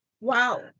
Wow